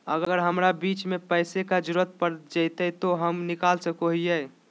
अगर हमरा बीच में पैसे का जरूरत पड़ जयते तो हम निकल सको हीये